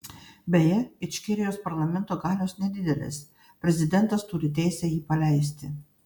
beje ičkerijos parlamento galios nedidelės prezidentas turi teisę jį paleisti